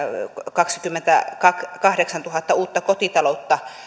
kaksikymmentäkahdeksantuhatta uutta kotitaloutta